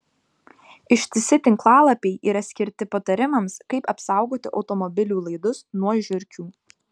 ištisi tinklalapiai yra skirti patarimams kaip apsaugoti automobilių laidus nuo žiurkių